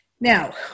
Now